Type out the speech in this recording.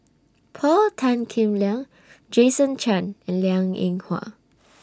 Paul Tan Kim Liang Jason Chan and Liang Eng Hwa